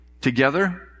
together